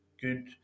good